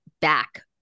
back